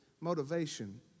motivation